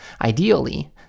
Ideally